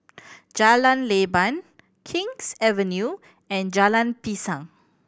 Jalan Leban King's Avenue and Jalan Pisang